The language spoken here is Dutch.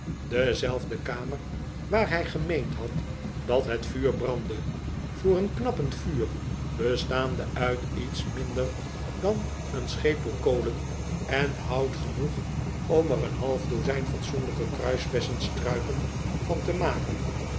dezelfde kamer waar hij gemeend had dat het vuur brandde voor een knappend vuur bestaande uit iets minder dan een schepel kolen en hout genoeg om er een half dozijn fatsoenlijke kruisbessenstruiken van te maken